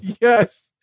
Yes